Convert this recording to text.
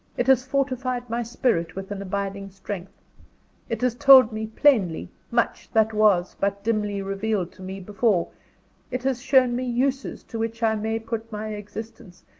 it has fortified my spirit with an abiding strength it has told me plainly, much that was but dimly revealed to me before it has shown me uses to which i may put my existence,